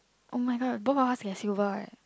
oh-my-god both of us get silver eh